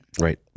Right